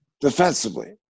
defensively